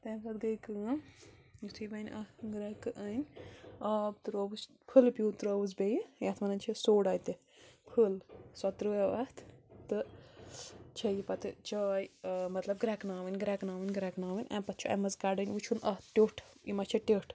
تمہِ پتہٕ گٔے کٲم یُتھٕے اَتھ وۄنۍ گرکہٕ أنۍ آب ترووُس فُلہِ پیوٗنت ترووُس بیٚیہِ یَتھ وَنان چھِ سوڈا تہِ فُل سۄ ترٲو اَتھ تہٕ چھےٚ یہِ پَتہٕ چاے مطلب گرکہٕ ناوٕنۍ گرکہٕ ناوٕنۍ گرکہٕ ناوٕنۍ امہِ پَتہٕ چھےٚ امہِ منٛزٕ کَڑٕنۍ وٕچھُن اَتھ ٹیوٚٹھ یہِ ما چھےٚ ٹیٕٹھ